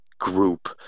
group